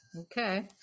Okay